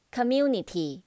Community